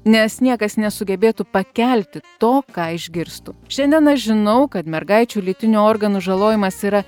nes niekas nesugebėtų pakelti to ką išgirstų šiandien žinau kad mergaičių lytinių organų žalojimas yra